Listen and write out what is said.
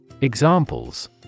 Examples